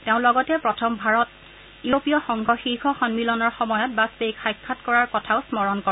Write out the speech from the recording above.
তেওঁ লগতে প্ৰথম ভাৰত ইউৰোপীয় সংঘ শীৰ্ষ সমিলনৰ সময়ত বাজপেয়ীক সাক্ষাৎ কৰাৰ কথাও স্মৰণ কৰে